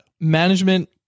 Management